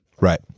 Right